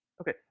Okay